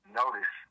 notice